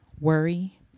worry